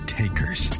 takers